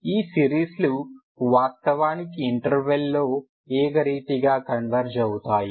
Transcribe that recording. ఈ సిరీస్ లు వాస్తవానికి ఇంటర్వెల్ లో ఏకరీతిగా కన్వర్జ్ అవుతాయి